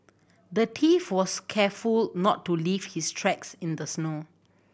the thief was careful not to leave his tracks in the snow